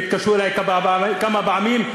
והתקשרו אלי כמה פעמים.